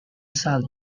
sally